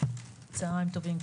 צהריים טובים.